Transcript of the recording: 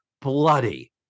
bloody